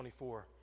24